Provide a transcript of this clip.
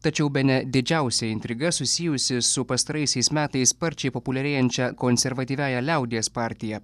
tačiau bene didžiausia intriga susijusi su pastaraisiais metais sparčiai populiarėjančia konservatyviąja liaudies partija